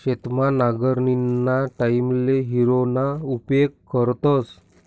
शेतमा नांगरणीना टाईमले हॅरोना उपेग करतस